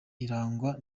irangwa